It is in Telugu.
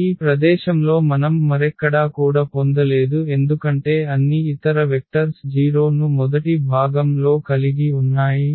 ఈ ప్రదేశంలో మనం మరెక్కడా కూడ పొందలేదు ఎందుకంటే అన్ని ఇతర వెక్టర్స్ 0 ను మొదటి భాగం లో కలిగి ఉన్నాయి